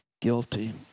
guilty